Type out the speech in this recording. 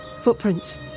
Footprints